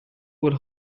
will